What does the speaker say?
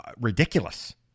ridiculous